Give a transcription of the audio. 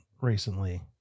recently